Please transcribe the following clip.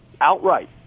outright